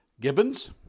Gibbons